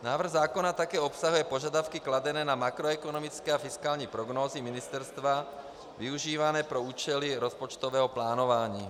Návrh zákona také obsahuje požadavky kladené na makroekonomické a fiskální prognózy ministerstva využívané pro účely rozpočtového plánování.